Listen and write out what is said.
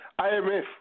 IMF